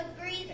breather